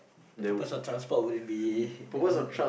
the purpose of transport would it be that one